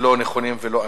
לא נכונים ולא אמיתיים.